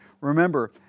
Remember